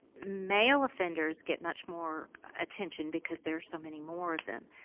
male offenders get much more attention because there are so many more of them.